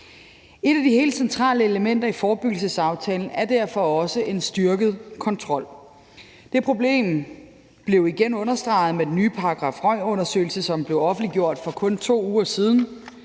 Et af de helt centrale elementer i forebyggelsesaftalen er derfor også en styrket kontrol. Det problem blev igen understreget med den nye §RØG-undersøgelse, som blev offentliggjort for kun 2 uger siden.